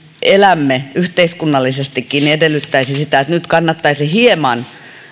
elämme yhteiskunnallisestikin edellyttäisi sitä että nyt kannattaisi hieman